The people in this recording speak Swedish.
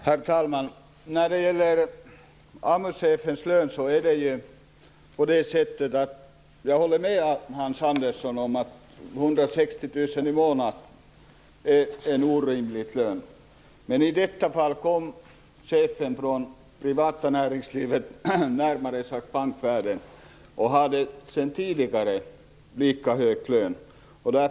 Herr talman! När det gäller AMU-chefens lön håller jag med Hans Andersson om att 160 000 i månaden är orimligt. Men i detta fall kom chefen från privata näringslivet, närmare bestämt bankvärlden, och hade lika hög lön tidigare.